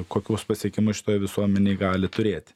kokius pasiekimus šitoj visuomenėj gali turėt